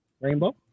Rainbow